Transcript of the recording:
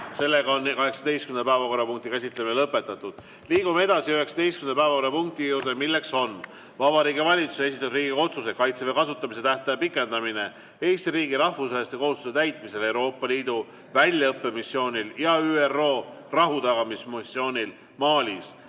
Meie 18. päevakorrapunkti käsitlemine on lõpetatud. Liigume edasi 19. päevakorrapunkti juurde. See on Vabariigi Valitsuse esitatud Riigikogu otsuse "Kaitseväe kasutamise tähtaja pikendamine Eesti riigi rahvusvaheliste kohustuste täitmisel Euroopa Liidu väljaõppemissioonil ja ÜRO rahutagamismissioonil Malis"